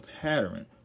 pattern